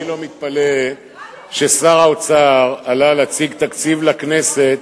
אני לא מתפלא ששר האוצר עלה להציג תקציב לכנסת,